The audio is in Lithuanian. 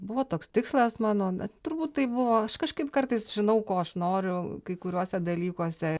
buvo toks tikslas mano turbūt tai buvo kažkaip kartais žinau ko aš noriu kai kuriuose dalykuose